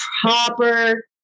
proper